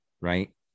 right